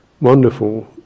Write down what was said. wonderful